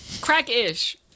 crack-ish